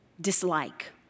dislike